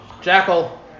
Jackal